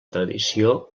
tradició